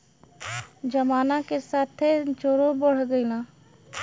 जमाना के साथे चोरो बढ़ गइलन